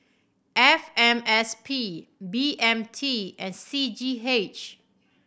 F M S P B M T and C G H